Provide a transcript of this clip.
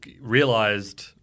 realized